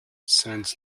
sends